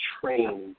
trained